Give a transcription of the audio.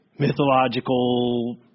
mythological